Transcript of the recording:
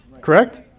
correct